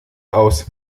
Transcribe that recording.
aus